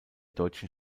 deutschen